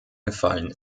gefallen